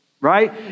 Right